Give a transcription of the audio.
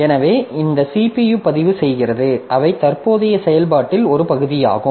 எனவே இந்த CPU பதிவுசெய்கிறது அவை தற்போதைய செயல்பாட்டின் ஒரு பகுதியாகும்